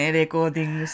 Recording